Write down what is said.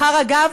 מחר, אגב,